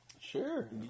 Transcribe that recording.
Sure